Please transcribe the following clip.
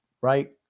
right